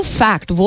fact